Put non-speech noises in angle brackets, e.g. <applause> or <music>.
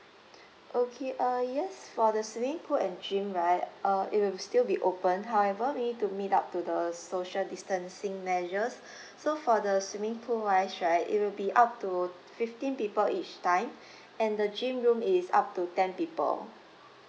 okay uh yes for the swimming pool and gym right uh it will still be open however we need to meet up to the social distancing measures <breath> so for the swimming pool wise right it will be up to fifteen people each time and the gym room is up to ten people